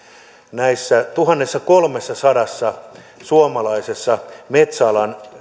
näissä tuhannessakolmessasadassa suomalaisessa metsäalan